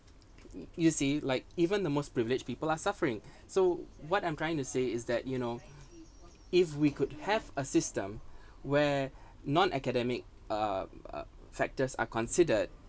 you see like even the most privileged people are suffering so what I'm trying to say is that you know if we could have a system where non-academic uh factors are considered